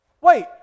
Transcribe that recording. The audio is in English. Wait